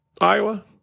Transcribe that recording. Iowa